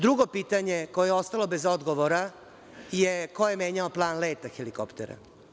Drugo pitanje koje je ostalo bez odgovora je – ko je menjao plan leta helikoptera?